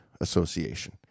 Association